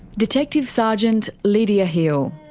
detective sergeant lidia hill.